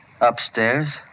Upstairs